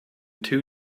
two